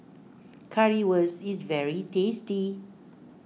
Currywurst is very tasty